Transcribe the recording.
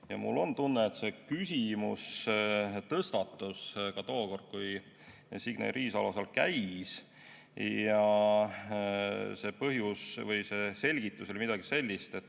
Mul on tunne, et see küsimus tõstatus ka tookord, kui Signe Riisalo seal käis. See põhjus või selgitus oli midagi sellist, et